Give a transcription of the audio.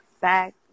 back